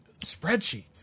Spreadsheets